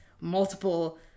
multiple